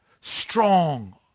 strong